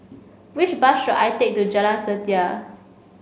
which bus should I take to Jalan Setia